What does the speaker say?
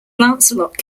lancelot